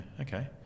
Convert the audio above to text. okay